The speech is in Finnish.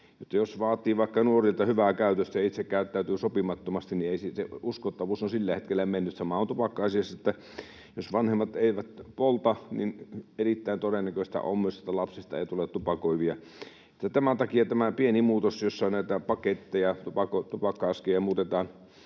Jos vaatii vaikka nuorilta hyvää käytöstä ja itse käyttäytyy sopimattomasti, niin sitten se uskottavuus on sillä hetkellä mennyt. Sama on tupakka-asiassa: jos vanhemmat eivät polta, niin erittäin todennäköistä on myös, että lapsista ei tule tupakoivia. Tämän takia tehdään tämä pieni muutos, jossa näitä paketteja, tupakka-askeja, muutetaan